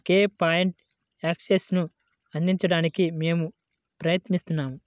ఒకే point యాక్సెస్ను అందించడానికి మేము ప్రయత్నించాము